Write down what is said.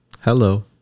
Hello